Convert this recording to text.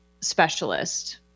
specialist